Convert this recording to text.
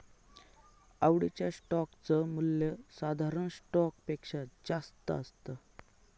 आवडीच्या स्टोक च मूल्य साधारण स्टॉक पेक्षा जास्त असत